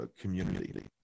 community